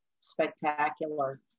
spectacular